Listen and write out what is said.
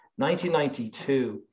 1992